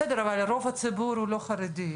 בסדר, אבל רוב הציבור הוא לא חרדי.